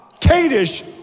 Kadesh